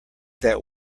that